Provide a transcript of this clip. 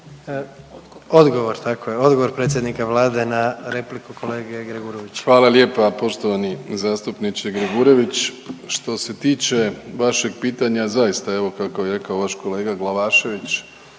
odgovor, tako je, odgovor predsjednika Vlade na repliku kolege Gregurovića. **Plenković, Andrej (HDZ)** Hvala lijepa poštovani zastupniče Gregurović. Što se tiče vašeg pitanja zaista evo kako je rekao vaš kolega Glavašević